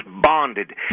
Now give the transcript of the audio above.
bonded